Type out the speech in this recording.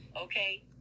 okay